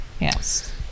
yes